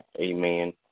Amen